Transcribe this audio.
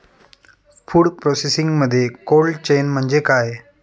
Food प्रोसेसिंगमध्ये cold chain म्हणजे काय?